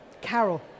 Carol